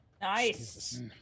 Nice